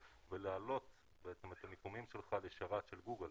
ולהעלות בעצם את המיקומים שלך לשרת של גוגל.